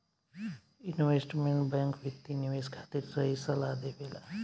investment bank वित्तीय निवेश खातिर सही सलाह देबेला